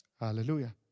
Hallelujah